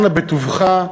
אנא בטובך,